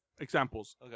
examples